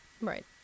Right